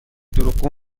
دروغگو